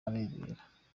arebera